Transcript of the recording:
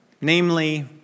namely